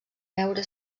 veure